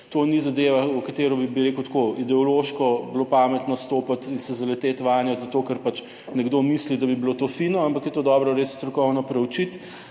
to ni zadeva, v katero bi, bi rekel, tako ideološko bilo pametno stopiti in se zaleteti vanjo zato, ker pač nekdo misli, da bi bilo to fino, ampak je to dobro res strokovno preučiti